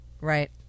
Right